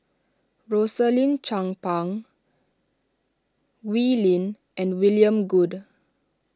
Rosaline Chan Pang Wee Lin and William Goode